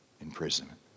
imprisonment